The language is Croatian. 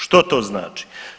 Što to znači?